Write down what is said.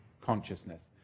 consciousness